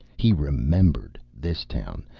he remembered this town,